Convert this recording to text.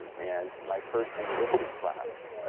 and my first linguistics class,